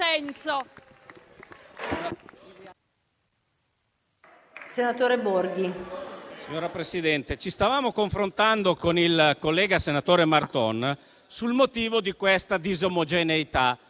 *(IV-C-RE)*. Signora Presidente, ci stavamo confrontando con il collega senatore Marton sul motivo di questa disomogeneità